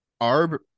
Arb